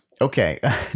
Okay